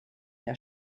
der